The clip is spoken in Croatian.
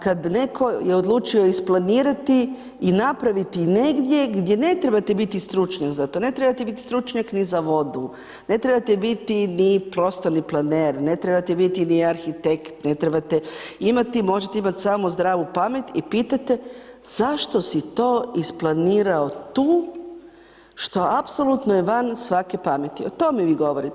Kad netko je odlučio isplanirati i napraviti negdje gdje ne trebate biti stručnjak za to, ne trebate biti stručnjak ni za vodu, ne trebate biti ni prostorni planer, ne trebate biti ni arhitekt, ne trebate imati, možete imati samo zdravu pamet i pitate zašto si to isplanirao tu što apsolutno je van svake pameti, o tome vi govorite.